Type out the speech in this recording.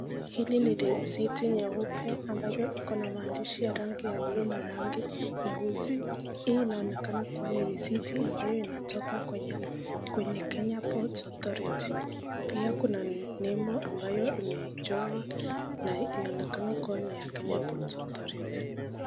Hili ni risiti nyeupe ambayo iko na maandishi ya rangi ya bluu na rangi nyeusi. Hii inaonekana kuwa ni risiti ambayo inatoka kwenye Kenya Ports Authority . Pia kuna nembo ambayo imechorwa na inaonekana kuwa ni ya Kenya Ports Authority .